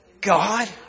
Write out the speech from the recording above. God